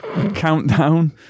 countdown